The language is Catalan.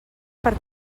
per